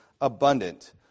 abundant